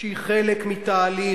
שהיא חלק מתהליך,